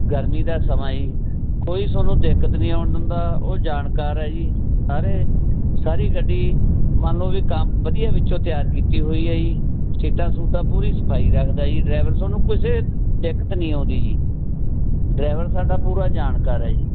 ਗਰਮੀ ਦਾ ਸਮਾਂ ਜੀ ਕੋਈ ਤੁਹਾਨੂੰ ਦਿੱਕਤ ਨਹੀਂ ਆਉਣ ਦਿੰਦਾ ਉਹ ਜਾਣਕਾਰ ਹੈ ਜੀ ਸਾਰੇ ਸਾਰੀ ਗੱਡੀ ਮੰਨ ਲਓ ਵੀ ਕਾ ਵਧੀਆ ਵਿੱਚੋਂ ਤਿਆਰ ਕੀਤੀ ਹੋਈ ਹੈ ਜੀ ਸੀਟਾਂ ਸੂਟਾਂ ਪੂਰੀ ਸਫ਼ਾਈ ਰੱਖਦਾ ਜੀ ਡਰਾਈਵਰ ਤੁਹਾਨੂੰ ਕਿਸੇ ਦਿੱਕਤ ਨਹੀਂ ਆਉਂਦੀ ਜੀ ਡਰਾਈਵਰ ਸਾਡਾ ਪੂਰਾ ਜਾਣਕਾਰ ਹੈ ਜੀ